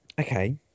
Okay